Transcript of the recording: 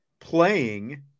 playing